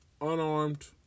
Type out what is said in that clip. unarmed